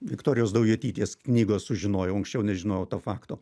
viktorijos daujotytės knygos sužinojau anksčiau nežinojau to fakto